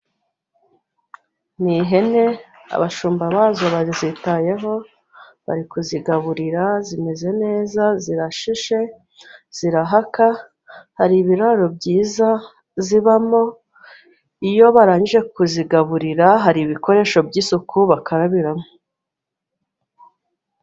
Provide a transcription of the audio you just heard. Ni ihene abashumba bazo bazitayeho bari kuzigaburira zimeze neza zirashishe zirahaka hari ibiraro byiza zibamo iyo barangije kuzigaburira hari ibikoresho by'isuku bakarabiramo.